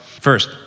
first